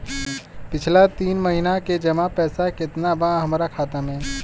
पिछला तीन महीना के जमा पैसा केतना बा हमरा खाता मे?